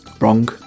wrong